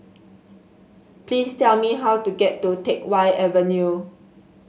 please tell me how to get to Teck Whye Avenue